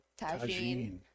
Tagine